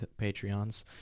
Patreons